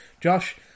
Josh